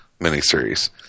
miniseries